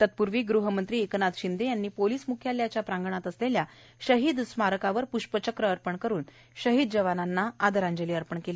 तत्पूर्वी गृह मंत्री एकनाथ शिंदे यांनी पोलीस म्ख्यालयाच्या प्रांगणात असलेल्या शहीद स्मारकवर प्रष्पचक्र अर्पण करुन शहीद जवांनाना आदरांजली वाहीली